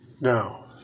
Now